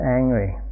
angry